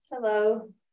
Hello